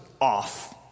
off